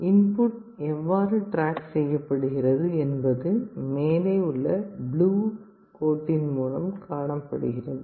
input எவ்வாறு track செய்யப்படுகிறது என்பது மேலே உள்ள ப்ளூ கோட்டின் மூலம் காட்டப்பட்டுள்ளது